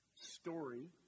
story